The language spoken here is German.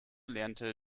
lernte